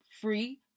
free